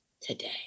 today